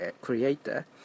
creator